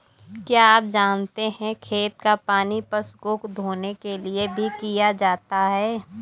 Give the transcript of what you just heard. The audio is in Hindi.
क्या आप जानते है खेत का पानी पशु को धोने के लिए भी किया जाता है?